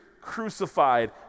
crucified